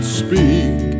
speak